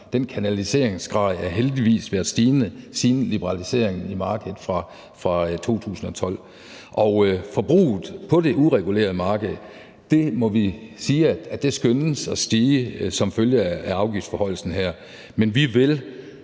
i Danmark, har heldigvis været stigende siden liberaliseringen af markedet i 2012. Forbruget på det uregulerede marked må vi sige skønnes at stige som følge af afgiftsforhøjelsen her. Men vi vil